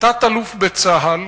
תת-אלוף בצה"ל